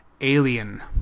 Alien